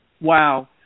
Wow